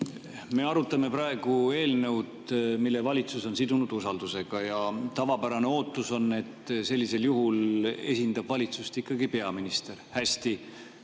Me arutame praegu eelnõu, mille valitsus on sidunud usaldusega, ja tavapärane ootus on, et sellisel juhul esindab valitsust ikkagi peaminister. Hästi,